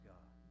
God